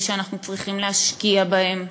ושאנחנו צריכים להשקיע בהם,